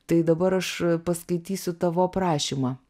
tai dabar aš paskaitysiu tavo aprašymą